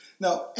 Now